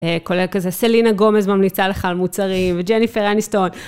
כולל כזה, סלינה גומז ממליצה לך על מוצרים, וג'ניפר אניסטון.